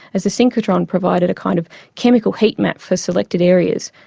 as the synchrotron provided a kind of chemical heat map for selected areas,